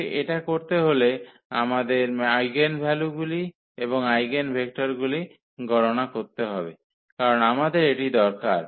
কিন্তু এটা করতে হলে আমাদের আইগেনভ্যালুগুলি এবং আইগেনভেক্টরগুলি গণনা করতে হবে কারণ আমাদের এটি দরকার